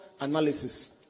analysis